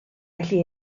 felly